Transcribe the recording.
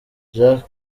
jack